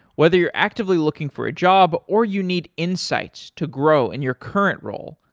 whether you're actively looking for a job or you need insights to grow in your current role,